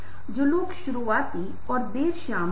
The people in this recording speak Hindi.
वाक्यों के पहले सेट को समझना बहुत आसान है